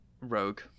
rogue